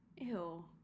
Ew